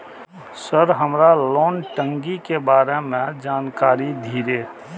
Sir हमरा loan टंगी के बारे में जान कारी धीरे?